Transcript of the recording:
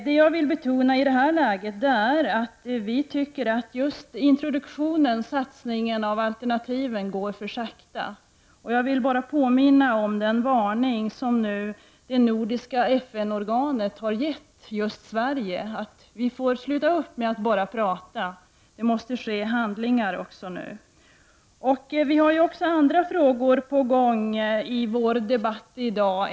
Vad jag vill betona i detta läge är att satsningen på att introducera nya alternativ går för sakta. Låt mig påminna om den varning som det nordiska FN-organet har givit Sverige, innebärande att vi måste sluta upp med att enbart prata. Nu måste vi också gå till handling. Det har också tagits upp andra frågor i vår debatt i dag.